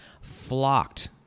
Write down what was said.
flocked